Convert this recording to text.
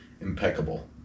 impeccable